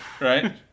right